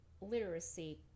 literacy